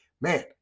Man